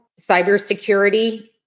cybersecurity